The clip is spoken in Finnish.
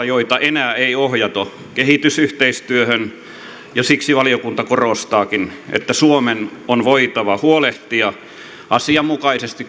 joita enää ei ohjata kehitysyhteistyöhön ja siksi valiokunta korostaakin että suomen on kuitenkin voitava huolehtia asianmukaisesti